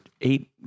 eight